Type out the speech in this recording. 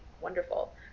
wonderful